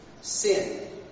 sin